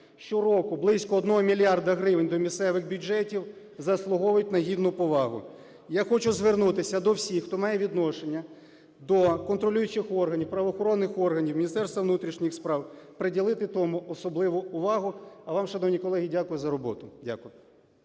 щороку близько одного мільярда гривень до місцевих бюджетів, заслуговують на гідну повагу. Я хочу звернутися до всіх, хто має відношення до контролюючих органів, правоохоронних органів, Міністерства внутрішніх справ: приділити тому особливу увагу. А вам, шановні колеги, дякую за роботу.